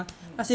mm